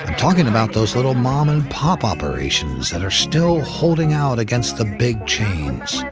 and talking about those little mom and pop operations that are still holding out against the big chains